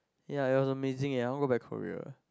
ya it was amazing eh I want to go back Korea